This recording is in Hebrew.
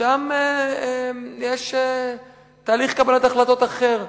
שם יש תהליך קבלת החלטות אחר.